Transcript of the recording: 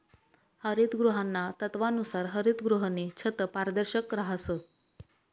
हरितगृहाना तत्वानुसार हरितगृहनी छत पारदर्शक रहास